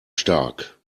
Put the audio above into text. stark